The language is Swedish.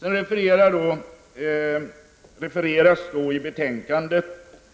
I betänkandet